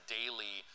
daily